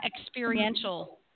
experiential